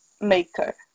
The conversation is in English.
maker